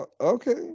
okay